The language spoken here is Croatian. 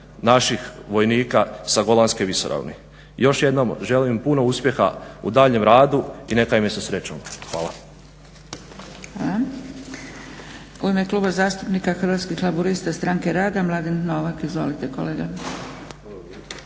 naših vojnika sa Golanske visoravni. I još jednom želim im puno uspjeha u daljnjem radu i neka im je sa srećom. Hvala.